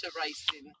racing